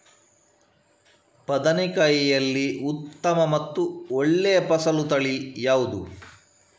ಬದನೆಕಾಯಿಯಲ್ಲಿ ಉತ್ತಮ ಮತ್ತು ಒಳ್ಳೆಯ ಫಸಲು ತಳಿ ಯಾವ್ದು?